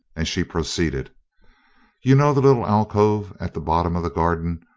and she proceeded you know the little alcove at the bottom of the garden,